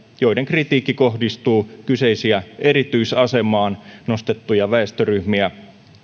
joiden kritiikki kohdistuu kyseisiä erityisasemaan nostettuja väestöryhmiä